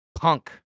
Punk